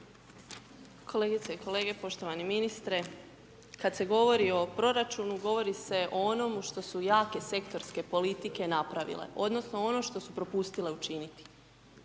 Kolegice i kolege, poštovani ministre. Kad se govori o proračunu, govori se o onomu što su jake sektorske politike napravile odnosno ono što su propustile učiniti.